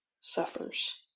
suffers